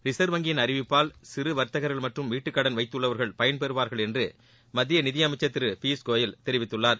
reserve வங்கியின் அறிவிப்பால் சிறு வாத்தகர்கள் மற்றும் வீட்டுக்கடன் வைத்துள்ளவா்கள் பயன்பெறுவார்கள் என்று மத்திய நிதி அமைச்சர் திரு பியூஷ் கோயல் தெரிவித்துள்ளார்